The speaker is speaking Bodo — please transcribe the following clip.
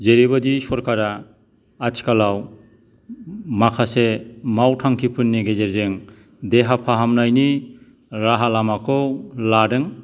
जेरैबायदि सरकारा आथिखालाव माखासे मावथांखिफोरनि गेजेरजों देहा फाहामनायनि राहा लामाखौ लादों